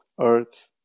earth